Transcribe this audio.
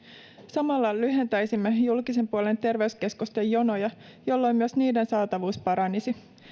samalla lyhentäisimme julkisen puolen terveyskeskusten jonoja jolloin myös niiden saatavuus paranisi